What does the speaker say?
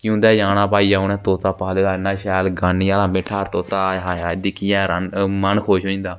फ्ही उं'दे जाना भाई उनें तोता पालेदा इ'न्ना शैल गानी आह्ला बैठदा तोता आए हाए दिक्खियै मन खुश होई जंदा